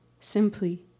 simply